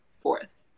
fourth